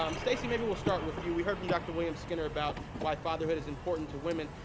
um stacey, maybe we'll start with you. we heard from dr. williams-skinner about why fatherhood is important to women.